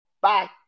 Bye